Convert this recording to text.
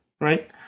right